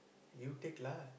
you take lah